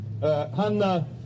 Hanna